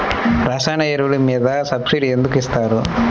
రసాయన ఎరువులు మీద సబ్సిడీ ఎందుకు ఇస్తారు?